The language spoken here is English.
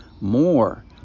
more